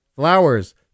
flowers